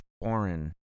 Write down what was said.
foreign